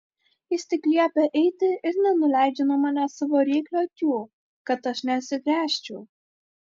jis tik liepia eiti ir nenuleidžia nuo manęs savo ryklio akių kad aš neatsigręžčiau